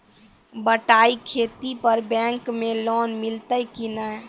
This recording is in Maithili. बटाई खेती पर बैंक मे लोन मिलतै कि नैय?